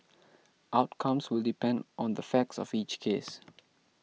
outcomes will depend on the facts of each case